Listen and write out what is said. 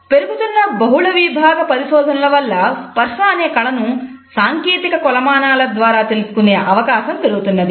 పెరుగుతున్న బహుళ విభాగ పరిశోధనల వలన స్పర్స అనే కళను సాంకేతిక కొలమానాల ద్వారా తెలుసుకునే అవకాశం పెరుగుతున్నది